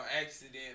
accident